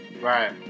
Right